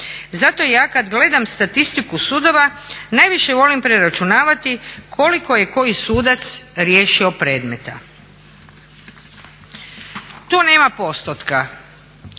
Zato ja kad gledam statistiku sudova najviše volim preračunavati koliko je koji sudac riješio predmeta. Tu nema postotka,